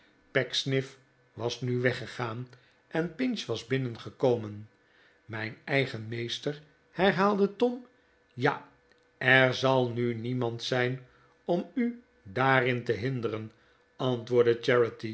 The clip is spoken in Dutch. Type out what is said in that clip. pecksniff was nu weggegaan en pinch was binnengekomen mijn eigen meester herhaalde tom ja er zal nu niemand zijn om u daarin te hinderen antwoordde